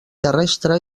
terrestre